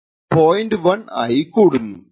1 ആയി കൂടുന്നു